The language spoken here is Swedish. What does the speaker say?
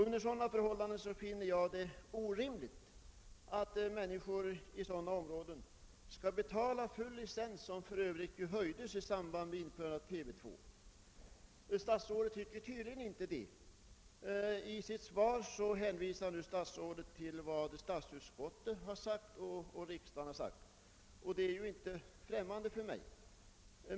Under sådana förhållanden finner jag det orimligt att människor i sådana områden skall betala full licens, vilken ju för övrigt höjdes i samband med införandet av TV 2. Statsrådet delar tydligen inte denna mening. I sitt svar hänvisar han till statsutskottets och riksdagens yttrande som ju inte är främmande för mig.